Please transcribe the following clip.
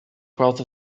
growth